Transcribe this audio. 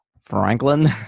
Franklin